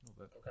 Okay